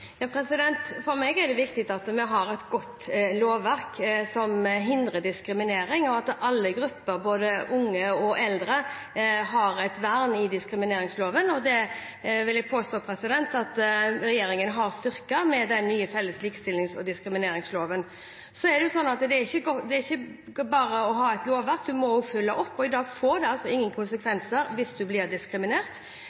For meg er det viktig at vi har et godt lovverk som hindrer diskriminering, og at alle grupper, både unge og eldre, har et vern i diskrimineringsloven, og det vil jeg påstå at regjeringen har styrket med den nye felles likestillings- og diskrimineringsloven. Så er det jo sånn at det er ikke bare å ha et lovverk, en må også følge opp, og i dag får det altså ingen